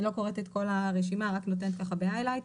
אני לא קוראת את כל הרשימה רק נותנת ככה הארות,